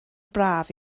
braf